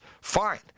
fine